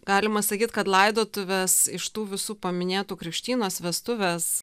galima sakyt kad laidotuvės iš tų visų paminėtų krikštynos vestuvės